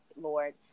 Lord